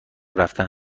رفتن